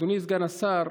אדוני סגן השר,